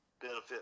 benefit